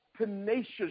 tenacious